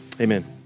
amen